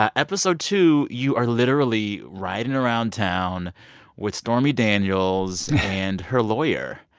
ah episode two, you are literally riding around town with stormy daniels and her lawyer.